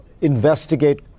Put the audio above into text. investigate